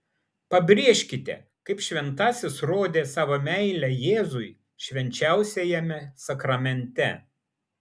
pabrėžkite kaip šventasis rodė savo meilę jėzui švenčiausiajame sakramente